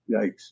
Yikes